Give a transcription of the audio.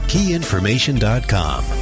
KeyInformation.com